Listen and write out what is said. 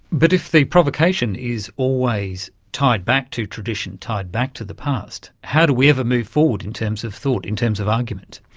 but if the provocation is always tied back to tradition, tradition, tied back to the past, how do we ever move forward in terms of thought, in terms of argument?